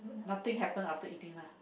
nothing happens after eating lah